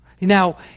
Now